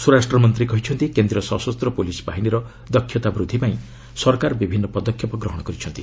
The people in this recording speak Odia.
ସ୍ୱରାଷ୍ଟ୍ରମନ୍ତ୍ରୀ କହିଛନ୍ତି କେନ୍ଦ୍ରୀୟ ସଶସ୍ତ ପୁଲିସ୍ ବାହିନୀର ଦକ୍ଷତା ବୃଦ୍ଧିପାଇଁ ସରକାର ବିଭିନ୍ନ ପଦକ୍ଷେପ ଗ୍ରହଣ କରିଛନ୍ତି